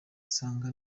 nsanga